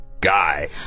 guy